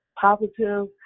positive